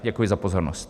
Děkuji za pozornost.